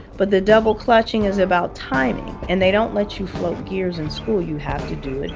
but the double clutching is about timing and they don't let you float gears in school you have to do